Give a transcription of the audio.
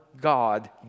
God